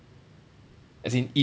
as in